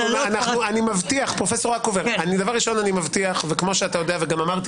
אני מבטיח, גם נושא